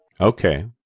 Okay